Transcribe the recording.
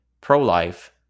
pro-life